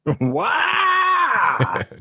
Wow